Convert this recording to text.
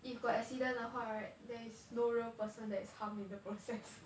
if got accident 的话 right there is no real person that is harmed in the process